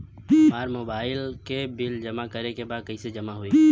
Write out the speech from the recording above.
हमार मोबाइल के बिल जमा करे बा कैसे जमा होई?